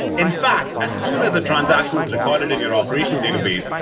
in fact, as soon as a transaction is recorded in your operational database,